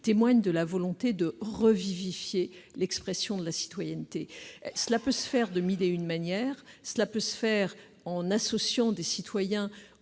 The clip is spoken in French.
témoigne de la volonté de revivifier l'expression de la citoyenneté. Cela peut se faire de mille et une manières, par exemple en associant des citoyens